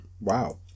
wow